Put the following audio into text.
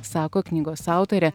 sako knygos autorė